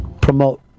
promote